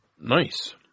Nice